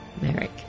Merrick